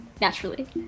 naturally